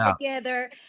together